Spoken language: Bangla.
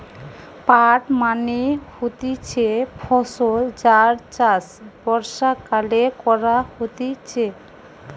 পাট মানে হতিছে ফসল যার চাষ বর্ষাকালে করা হতিছে